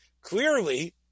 clearly